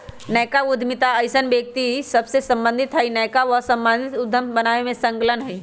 नयका उद्यमिता अइसन्न व्यक्ति सभसे सम्बंधित हइ के नयका सह स्वामित्व उद्यम बनाबे में संलग्न हइ